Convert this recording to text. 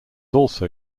also